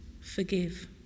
forgive